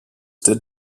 did